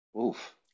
Oof